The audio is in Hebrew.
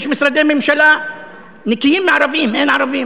יש משרדי ממשלה נקיים מערבים, אין ערבים.